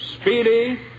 speedy